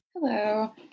Hello